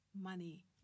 money